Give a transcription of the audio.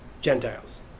Gentiles